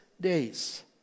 days